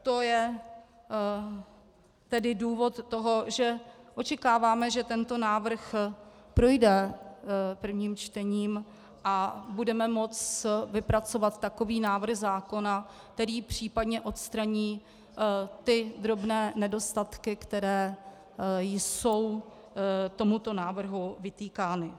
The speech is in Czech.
To je tedy důvod toho, že očekáváme, že tento návrh projde prvním čtením a budeme moci vypracovat takový návrh zákona, který případně odstraní ty drobné nedostatky, které jsou tomuto návrhu vytýkány.